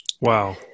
wow